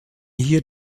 hier